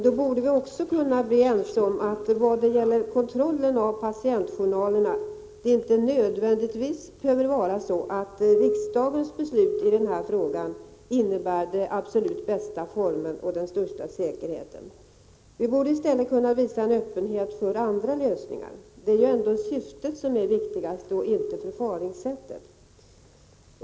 Då borde vi kunna bli överens om att riksdagens beslut i fråga om kontroll av patientjournalerna inte nödvändigtvis behöver innebära den absolut bästa formen och den största säkerheten. Vi borde i stället kunna visa en öppenhet för andra lösningar. Det är ju ändå syftet som är viktigast, inte förfaringssättet.